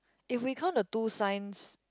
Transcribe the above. if we count the two signs